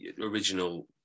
original